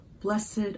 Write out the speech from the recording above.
Blessed